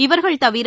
இவர்கள் தவிர்